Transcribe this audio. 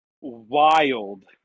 wild